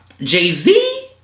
Jay-Z